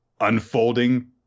unfolding